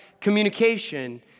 communication